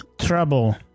trouble